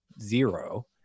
zero